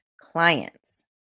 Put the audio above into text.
clients